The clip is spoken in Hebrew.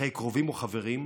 בחיי קרובים או חברים,